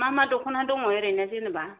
मा मा दख'ना दङ एरैनो जेन'बा